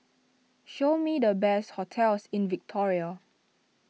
show me the best hotels in Victoria